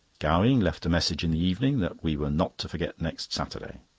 gowing left a message in the evening, that we were not to forget next saturday.